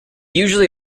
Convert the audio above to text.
usually